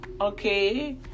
okay